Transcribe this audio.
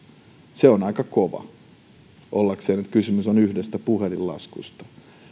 se on aika kova kun kysymys on yhdestä puhelinlaskusta